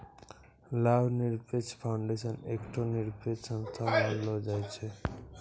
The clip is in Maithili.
लाभ निरपेक्ष फाउंडेशन एकठो निरपेक्ष संस्था मानलो जाय छै